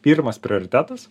pirmas prioritetas